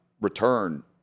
return